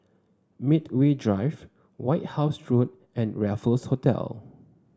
Medway Drive White House Road and Raffles Hotel